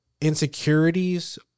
insecurities